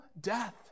death